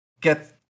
get